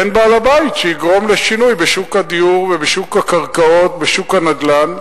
אין בעל בית שיגרום לשינוי בשוק הדיור ובשוק הקרקעות ובשוק הנדל"ן,